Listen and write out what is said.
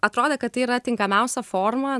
atrodė kad tai yra tinkamiausia forma